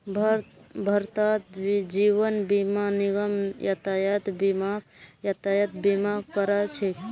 भारतत जीवन बीमा निगम यातायात बीमाक यातायात बीमा करा छेक